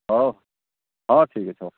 ହଉ ହଁ ହଁ ଠିକ୍ ଅଛି ହଉ